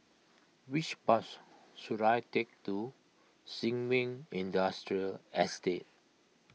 which bus should I take to Sin Ming Industrial Estate